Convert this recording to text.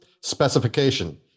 Specification